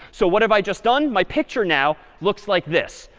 so what have i just done? my picture now looks like this.